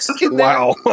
Wow